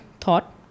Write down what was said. thought